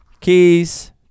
keys